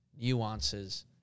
nuances